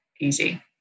easy